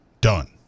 Done